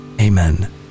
Amen